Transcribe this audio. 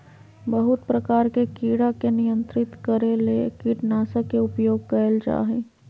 बहुत प्रकार के कीड़ा के नियंत्रित करे ले कीटनाशक के उपयोग कयल जा हइ